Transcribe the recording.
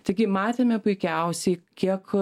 taigi matėme puikiausiai kiek